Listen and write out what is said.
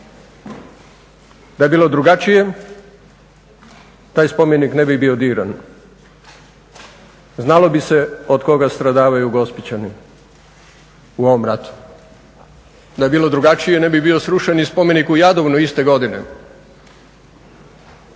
Da je bilo drugačije taj spomenik ne bi bio diran. Znalo bi se od koga stradavaju Gospićani u ovom ratu. Da je bilo drugačije ne bi bio srušen i spomenik u Jadovnu iste godine.